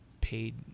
paid –